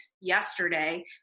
yesterday